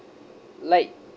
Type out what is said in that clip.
like